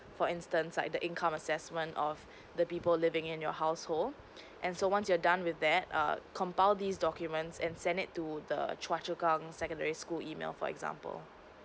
for instance like the income assessment of the people living in your household and so once you're done with that err compile these documents and send it to the choa chu kang secondary school email for example